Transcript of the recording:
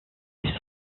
nous